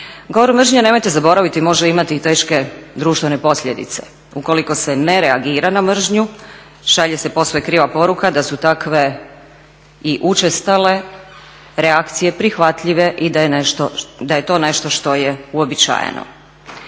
Govor mržnje, nemojte zaboraviti može imati i teške društvene posljedice. Ukoliko se ne reagira na mržnju šalje se posve kriva poruka da su takve i učestale reakcije prihvatljive i da je to nešto što je uobičajeno.